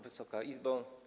Wysoka Izbo!